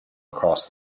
across